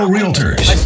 Realtors